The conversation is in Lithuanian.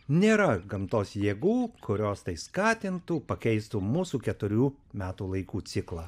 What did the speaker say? nėra gamtos jėgų kurios tai skatintų pakeistų mūsų keturių metų laikų ciklą